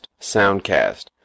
Soundcast